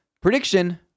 Prediction